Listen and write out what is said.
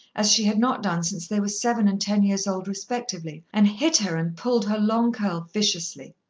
as she had not done since they were seven and ten years old respectively, and hit her and pulled her long curl viciously.